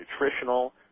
nutritional